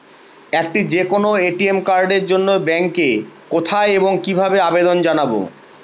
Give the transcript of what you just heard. একটি যে কোনো এ.টি.এম কার্ডের জন্য ব্যাংকে কোথায় এবং কিভাবে আবেদন জানাব?